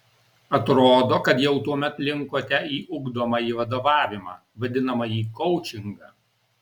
atrodo kad jau tuomet linkote į ugdomąjį vadovavimą vadinamąjį koučingą